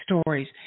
stories